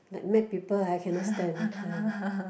like mad people I cannot stand uh